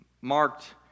marked